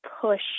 push